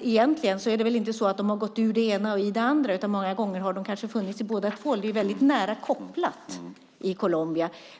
Egentligen är det väl inte så att de har gått ur det ena och in i det andra. Många gånger har de kanske funnits på båda håll. Det är ju väldigt nära kopplat i Colombia.